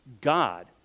God